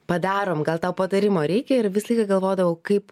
padarom gal tau patarimo reikia ir visą laiką galvodavau kaip